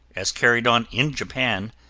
as carried on in japan,